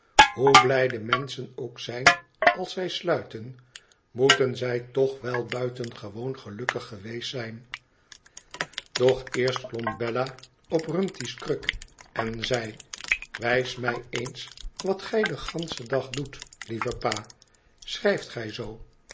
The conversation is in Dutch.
hoe blij de menschen ook zijn als zij sluiten moeten zij toch wel buitengewoon gelukkig geweest zijn doch eerst klombella op rumty's kruk en zei wijs mij eens wat gij den ganschen dag doet lieve pa schrijft gij zoo